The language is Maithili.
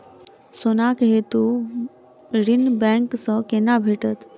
सोनाक हेतु ऋण बैंक सँ केना भेटत?